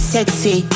Sexy